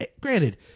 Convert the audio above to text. granted